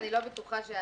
אני אבדוק את זה.